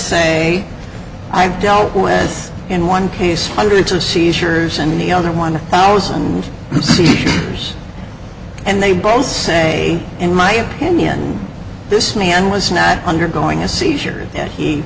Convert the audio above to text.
say i've dealt with in one case hundreds of seizures and the other one thousand you see there's and they both say in my opinion this man was not undergoing a seizure